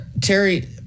Terry